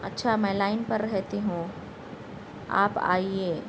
اچھا میں لائن پر رہتی ہوں آپ آئیے